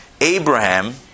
Abraham